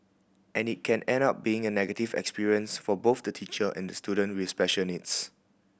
and it can end up being a negative experience for both the teacher and the student with special needs